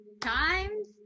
times